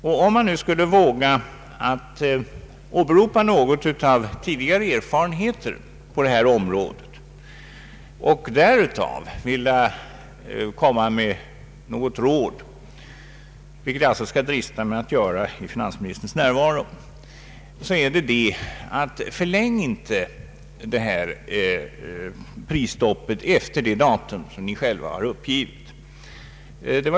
För att våga åberopa några av de tidigare erfarenheterna på detta område och med anledning där av komma med något råd — vilket jag alltså skall drista mig till att göra i finansministerns närvaro — så vill jag uppmana honom att inte förlänga prisstoppet efter det datum som regeringen själv har angivit.